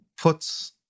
puts